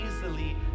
easily